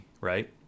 right